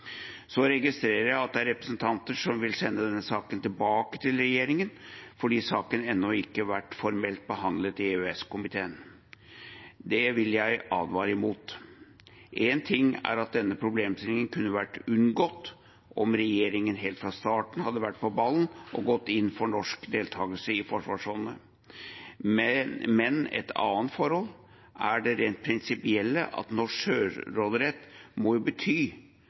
Så registrerer jeg at det er representanter som vil sende denne saken tilbake til regjeringen fordi saken ennå ikke har vært formelt behandlet i EØS-komiteen. Det vil jeg advare mot. Én ting er at denne problemstillingen kunne ha vært unngått om regjeringen helt fra starten hadde vært på ballen og gått inn for norsk deltakelse i forsvarsfondet. Men et annet forhold er det rent prinsipielle, at norsk selvråderett må bety